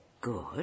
good